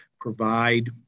provide